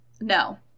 No